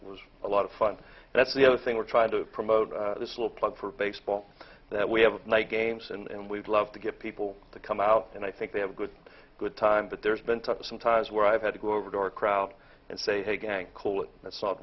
was a lot of fun that's the other thing we're trying to promote this little plug for baseball that we have night games and we'd love to get people to come out and i think they have a good good time but there's been tough some times where i've had to go over to our crowd and say hey gang cool that's not